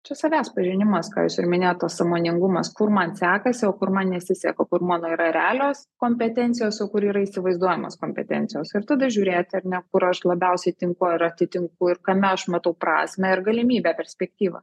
čia savęs pažinimas ką jūs ir minėjot tas sąmoningumas kur man sekasi o kur man nesiseka kur mano yra realios kompetencijos o kur yra įsivaizduojamos kompetencijos ir tada žiūrėti ar ne kur aš labiausiai tinku ar atitinku ir kame aš matau prasmę ir galimybę perspektyvą